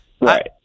Right